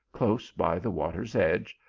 close by the water s edge,